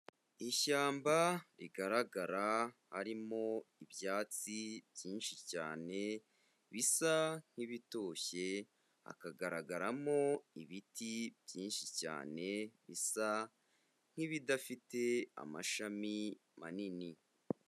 Ishyamba rigaragara harimo ibyatsi byinshi cyane bisa nk'ibitoshye, hakagaragaramo ibiti byinshi cyane bisa nk'ibidafite amashami manini.